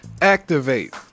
activate